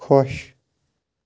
خۄش